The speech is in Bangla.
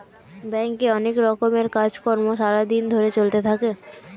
ব্যাংকে অনেক রকমের কাজ কর্ম সারা দিন ধরে চলতে থাকে